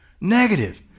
negative